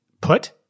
Put